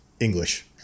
English